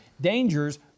dangers